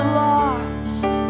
lost